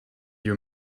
you